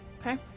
Okay